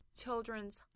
children's